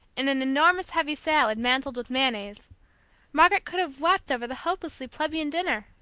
and an enormous heavy salad mantled with mayonnaise margaret could have wept over the hopelessly plebeian dinner!